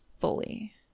fully